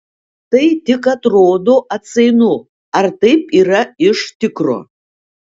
tai tik atrodo atsainu ar taip yra iš tikro